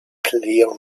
clear